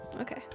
okay